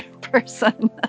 person